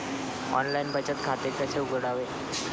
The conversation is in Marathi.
ऑनलाइन बचत खाते कसे उघडायचे?